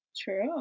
True